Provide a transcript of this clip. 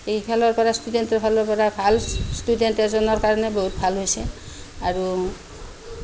এইফালৰ পৰা ষ্টুডেন্টৰ ফালৰ পৰা ভাল ষ্টুডেন্ট এজনৰ কাৰণে বহুত ভাল হৈছে আৰু